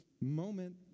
moment